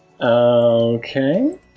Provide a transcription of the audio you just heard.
Okay